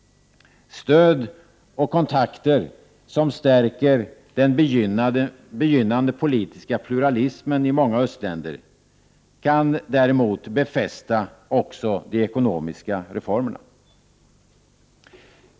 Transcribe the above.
Stöd och kontakter som stärker den begynnande politiska pluralismen i många östländer kan däremot befästa också de ekonomiska reformerna.